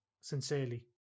Sincerely